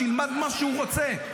שילמד מה שהוא רוצה,